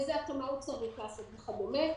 איזו התאמה הוא צריך לעשות וכדומה.